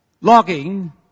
logging